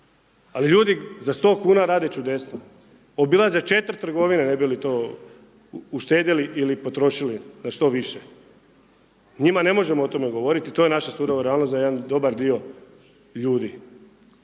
ali ljudi za 100,00 kuna rade čudesa, obilaze četiri trgovine ne bi li to uštedili ili potrošili što više. Njima ne možemo to govoriti to je naša surova realnost za jedan dobar dio ljudi.